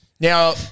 Now